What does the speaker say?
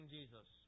Jesus